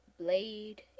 blade